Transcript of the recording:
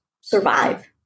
survive